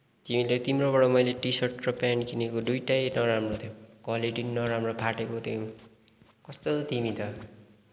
तिमीले तिम्रोबाट मैले टी सर्ट र पेन्ट किनेको दुईटै नराम्रो थियो क्वालिटी पनि नराम्रो फाटेको थियो कस्तो तिमी त